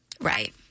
Right